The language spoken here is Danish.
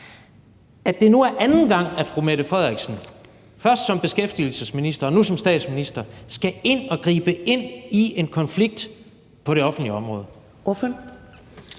at det nu er anden gang, at fru Mette Frederiksen – først som beskæftigelsesminister og nu som statsminister – skal ind og gribe ind i en konflikt på det offentlige område.